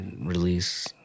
release